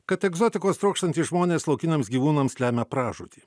kad egzotikos trokštantys žmonės laukiniams gyvūnams lemia pražūtį